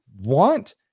want